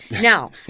Now